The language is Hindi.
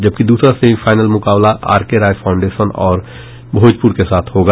जबकि दूसरा सेमीफाइनल मुकाबला आर के राय फाउंडेशन और भोजपुर के साथ होगा